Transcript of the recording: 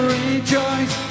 rejoice